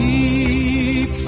Keep